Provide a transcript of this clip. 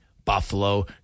Buffalo